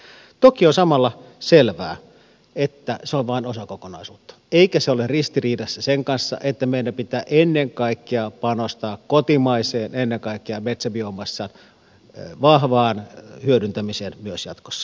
toki on samalla selvää että se on vain osa kokonaisuutta eikä se ole ristiriidassa sen kanssa että meidän pitää ennen kaikkea panostaa kotimaiseen ennen kaikkea metsäbiomassan vahvaan hyödyntämiseen myös jatkossa